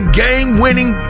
game-winning